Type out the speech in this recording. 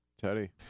Teddy